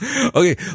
okay